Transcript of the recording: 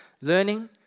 learning